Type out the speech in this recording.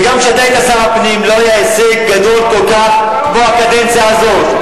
וגם כשאתה היית שר הפנים לא היה הישג גדול כל כך כמו בקדנציה הזאת.